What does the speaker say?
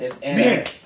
Man